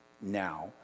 Now